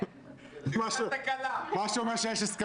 הצעת החוק הזאת מאפשרת ללווים למשקי